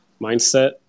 mindset